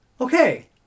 Okay